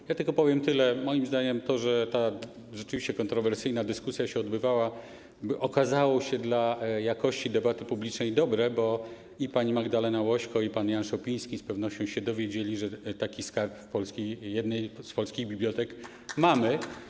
Powiem tylko tyle: moim zdaniem to, że ta rzeczywiście kontrowersyjna dyskusja się odbyła, okazało się dla jakości debaty publicznej dobre, bo i pani Magdalena Łośko, i pan Jan Szopiński z pewnością się dowiedzieli, że taki skarb w jednej z polskich bibliotek mamy.